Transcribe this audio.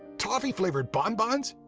toffee flavored bon bons.